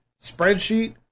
spreadsheet